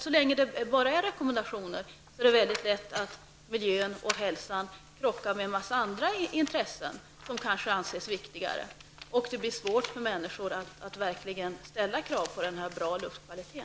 Så länge det är bara rekommendationer är det mycket lätt att miljön och hälsan krockar med en mängd andra intressen som kanske anses viktigare, och det blir svårt för människor att verkligen ställa krav på bra luftkvalitet.